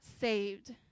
saved